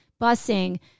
busing